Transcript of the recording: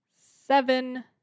seven